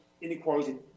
inequality